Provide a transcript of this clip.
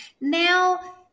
Now